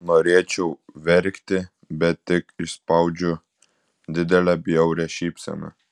norėčiau verkti bet tik išspaudžiu didelę bjaurią šypseną